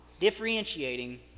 differentiating